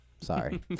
Sorry